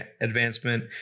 advancement